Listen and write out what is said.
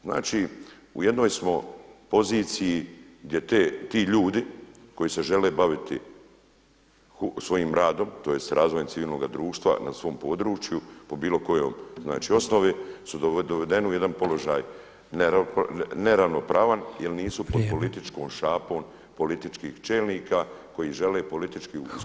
Znači u jednoj smo poziciji gdje ti ljudi koji se žele baviti svojim radom, tj. razvojem civilnog društva na svom području po bilo kojoj osnovi su dovedeni u jedan položaj neravnopravan jer nisu pod političkom [[Upadica Petrov: Vrijeme.]] šapom političkih čelnika koji žele politički … te udruge.